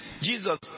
Jesus